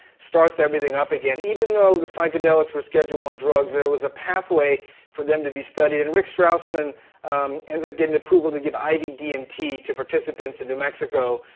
starts everything up again. even though the psychedelics were schedule one drugs, there was a pathway for them to be studied. and rick straussman ends up getting approval to give ibdmt to participants in new mexico.